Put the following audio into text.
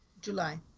july